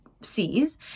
sees